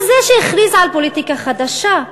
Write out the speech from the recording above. הוא זה שהכריז על פוליטיקה חדשה,